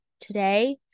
today